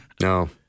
No